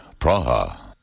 Praha